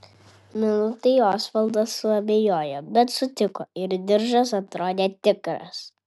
minutei osvaldas suabejojo bet sutiko ir diržas atrodė tikras